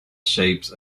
shapes